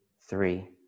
three